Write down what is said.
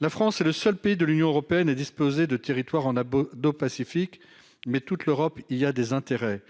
la France est le seul pays de l'Union européenne et disposer de territoire en a beau dos pacifique, mais toute l'Europe, il y a des intérêts,